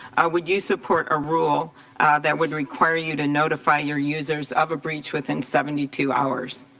would you support a rule that would require you to notify your users of a breach within seventy two hours?